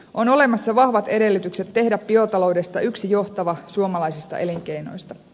on olemassa vahvat edellytykset tehdä biotaloudesta yksi johtavista suomalaisista elinkeinoista